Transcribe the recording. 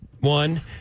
One